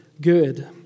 good